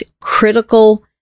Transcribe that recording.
critical